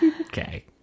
Okay